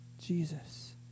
Jesus